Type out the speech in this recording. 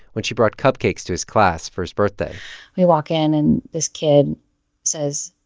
when she brought cupcakes to his class for his birthday we walk in, and this kid says,